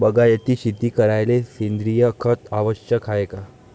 बागायती शेती करायले सेंद्रिय खत आवश्यक हाये का?